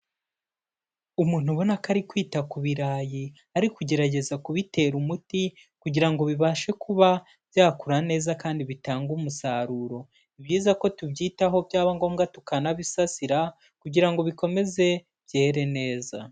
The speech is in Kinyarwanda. Umuntu ubona ko ari kwita ku birayi ari kugerageza kubitera umuti kugira ngo bibashe kuba byakura neza kandi bitanga umusaruro. Ni byiza ko tubyitaho byaba ngombwa tukanabisasira kugira ngo bikomeze byere neza.